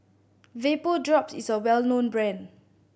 Vapodrops is a well known brand